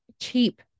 cheap